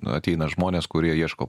ateina žmonės kurie ieško